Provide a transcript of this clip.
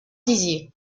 dizier